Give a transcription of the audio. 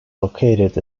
located